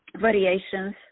variations